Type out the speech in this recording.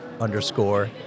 underscore